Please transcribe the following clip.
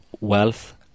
wealth